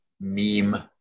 meme